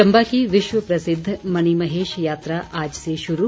चम्बा की विश्व प्रसिद्ध मणिमहेश यात्रा आज से शुरू